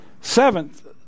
Seventh